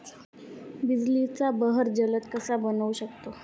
बिजलीचा बहर जलद कसा बनवू शकतो?